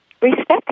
respect